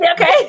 Okay